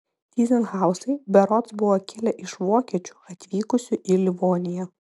tyzenhauzai berods buvo kilę iš vokiečių atvykusių į livoniją